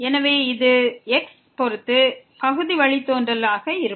எனவே இது x பொறுத்து பகுதி வழித்தோன்றலாக இருக்கும்